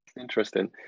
interesting